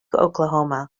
oklahoma